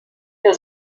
der